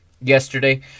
yesterday